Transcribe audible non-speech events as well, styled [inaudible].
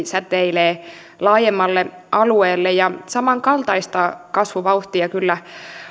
[unintelligible] säteilee laajemmalle alueelle ja samankaltaista kasvuvauhtia kyllä